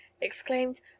exclaimed